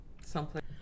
someplace